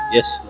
Yes